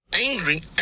Angry